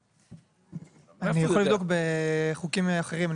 אני יכול לבדוק בחוקים אחרים,